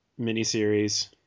miniseries